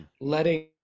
letting